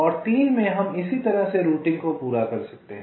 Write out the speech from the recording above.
और 3 में हम इसी तरह से रूटिंग को पूरा कर सकते हैं